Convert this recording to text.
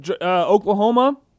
Oklahoma